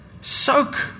soak